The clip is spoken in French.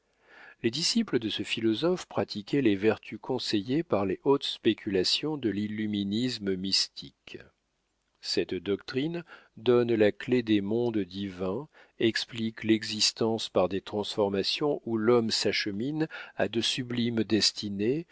les disciples de ce philosophe pratiquaient les vertus conseillées par les hautes spéculations de l'illuminisme mystique cette doctrine donne la clef des mondes divins explique l'existence par des transformations où l'homme s'achemine à de sublimes destinées